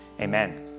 Amen